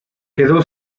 quedó